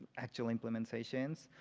actual implementations,